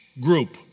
group